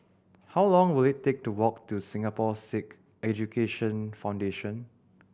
how long will it take to walk to Singapore Sikh Education Foundation